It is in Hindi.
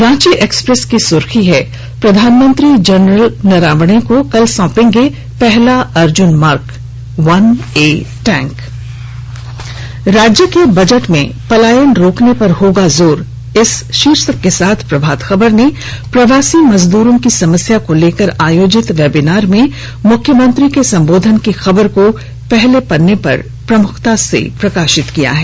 रांची एक्सप्रेस की सुर्खी है प्रधानमंत्री जनरल नरवणे को कल सौंपेंगे पहला Arjun mark one A tank राज्य के बजट में पलायन रोकने पर होगा जोर इस शीर्षक के साथ प्रभात खबर ने प्रवासी मजदूरों की समस्या को लेकर आयोजित वेबिनार में मुख्यमंत्री के संबोधन की खबर को पन्ने पर प्रमुखता से प्रकाशित किया है